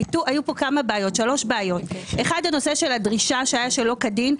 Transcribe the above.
היו שלוש בעיות: אחד, הנושא של הדרישה שלא כדין.